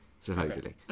supposedly